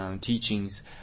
Teachings